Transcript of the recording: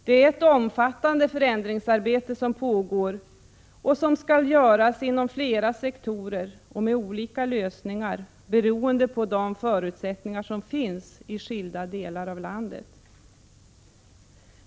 Det är ett omfattande förändringsarbete som pågår och som skall göras inom flera sektorer och med olika lösningar beroende på de förutsättningar som finns i skilda delar av landet.